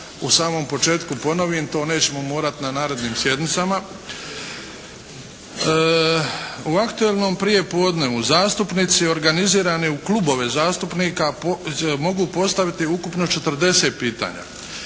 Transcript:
u samom početku ponovim. To nećemo morati na narednim sjednicama. U Aktualnom prijepodnevu zastupnici organizirani u klubove zastupnika mogu postaviti ukupno četrdeset pitanja.